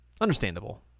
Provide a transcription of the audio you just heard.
Understandable